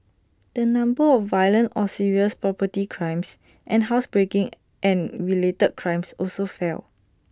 the number of violent or serious property crimes and housebreaking and related crimes also fell